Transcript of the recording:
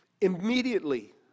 immediately